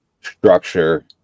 structure